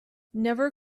never